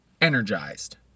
energized